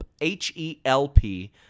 H-E-L-P